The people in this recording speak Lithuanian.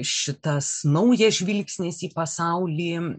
šitas naujas žvilgsnis į pasaulį